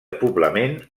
poblament